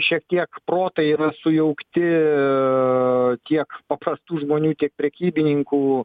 šiek tiek protai yra sujaukti kiek paprastų žmonių kiek prekybininkų